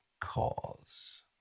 cause